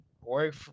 work